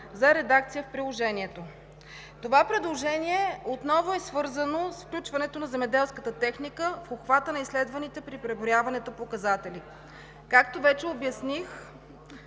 за редакция в Приложението. Това предложение отново е свързано с включването на земеделската техника в обхвата на изследваните при преброяването показатели. Както вече обясних